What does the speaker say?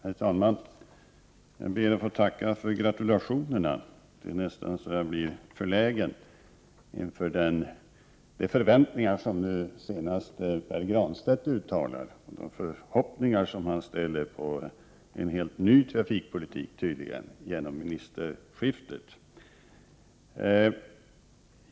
Herr talman! Jag ber att få tacka för gratulationerna. Det är nästan så att jag blir förlägen inför de förväntningar som senast Pär Granstedt uttalade och de förhoppningar, till följd av ministerskiftet, som han hyser om en helt ny trafikpolitik.